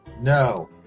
No